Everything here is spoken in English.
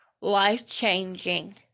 life-changing